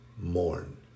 mourn